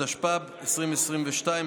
התשפ"ב 2022,